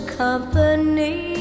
company